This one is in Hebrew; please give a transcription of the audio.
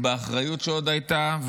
באחריות שעוד הייתה,